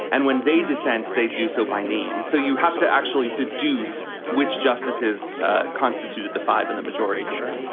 and when they dissent they do so by name. so you have to actually deduce which justices constituted the five and the majority here